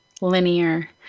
linear